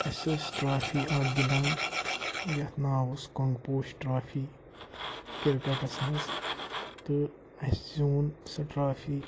اَسہِ ٲس ٹرافی اَکھ گِنٛدان یَتھ ناو اوس کوٚنٛگپوش ٹرٛافی کِرکَٹَس منٛز تہٕ اَسہِ زیوٗن سُہ ٹرٛافی